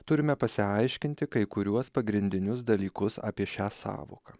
turime pasiaiškinti kai kuriuos pagrindinius dalykus apie šią sąvoką